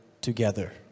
together